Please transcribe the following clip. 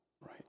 right